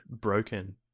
broken